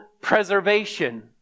preservation